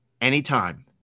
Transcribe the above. anytime